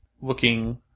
looking